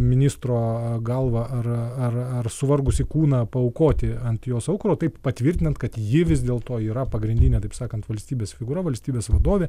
ministro galvą ar ar ar suvargusį kūną paaukoti ant jos aukuro taip patvirtinant kad ji vis dėl to yra pagrindinė taip sakant valstybės figūra valstybės vadovė